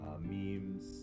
memes